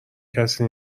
کسی